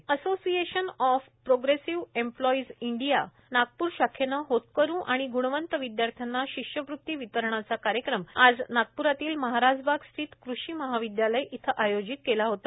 APEI association of progressive employees India APEI च्या नागपूर शाखेने होतकरू आणि ग्णवंत विद्यार्थ्यांना शिष्यवृती वितरणाचा कार्यक्रम आज नागपूरातील महाराजबागस्थित कृषी महाविद्यालय इथ आयोजित केला होता